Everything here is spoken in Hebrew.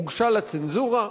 הוגשה לצנזורה,